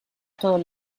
todos